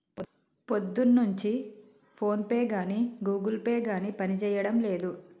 పొద్దున్నుంచి ఫోన్పే గానీ Google Pay గానీ పనిజేయడం లేదు